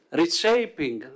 reshaping